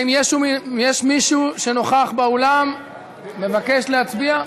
האם יש מישהו שנוכח באולם ומבקש להצביע?